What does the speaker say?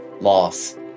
loss